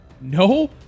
No